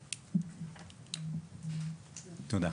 תודה.